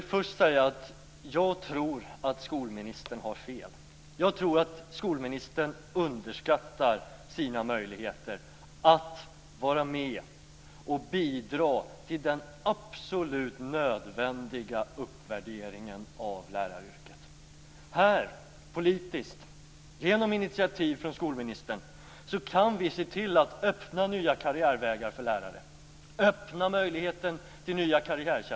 Fru talman! Jag tror att skolministern har fel, att hon underskattar sina möjligheter att vara med och bidra till den absolut nödvändiga uppvärderingen av läraryrket. Här - politiskt, genom initiativ från skolministern - kan vi se till att nya karriärvägar öppnas för lärare, att möjligheten till nya karriärtjänster öppnas.